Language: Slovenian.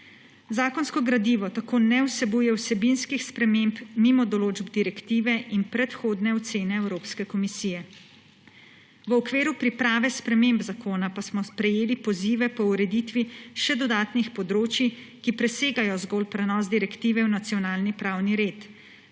Zakonsko gradivo tako ne vsebuje vsebinskih sprememb mimo določb direktive in predhodne ocene Evropske komisije. V okviru priprave sprememb zakona pa smo prejeli pozive po ureditvi še dodatnih področij, ki presegajo zgolj prenos direktive v nacionalni pravni red.